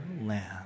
land